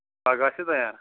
پگاہ آسیٛا تَیار